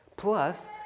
Plus